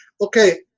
okay